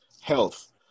Health